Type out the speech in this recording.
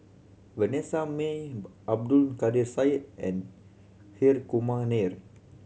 Vanessa Mae Abdul Kadir Syed and Hri Kumar Nair